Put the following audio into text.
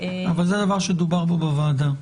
אבל זה דבר שדובר פה בוועדה.